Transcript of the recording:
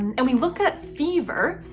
and we look at fever.